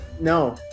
no